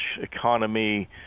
economy